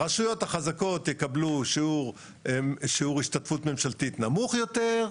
הרשויות החזקות יקבלו שיעור השתתפות ממשלתית נמוך יותר,